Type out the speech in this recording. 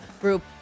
group